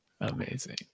Amazing